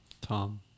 Tom